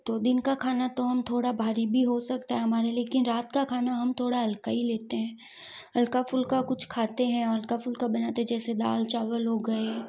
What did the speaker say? तो दिन का खाना तो हम थोड़ा भारी भी हो सकता है हमारा लेकिन रात का खाना हम थोड़ा हल्का ही लेते हैं हल्का फुल्का कुछ खाते हैं और हल्का फुल्का बनाते हैं जैसे दाल चावल हो गए